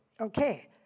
okay